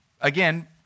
again